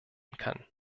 kann